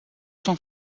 cent